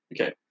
Okay